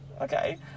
Okay